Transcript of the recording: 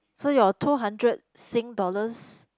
so your two hundred Sing dollars